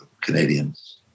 Canadians